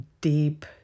deep